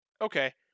okay